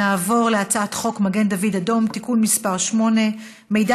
נעבור להצעת חוק מגן דוד אדום (תיקון מס' 8) (מידע